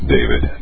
David